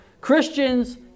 Christians